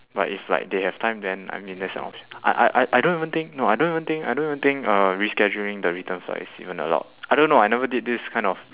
but if like they have time then I mean that's an optio~ I I I I don't even think no I don't even think I don't even think uh rescheduling the return flight is even allowed I don't know I never did this kind of